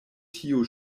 tiu